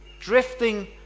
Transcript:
Drifting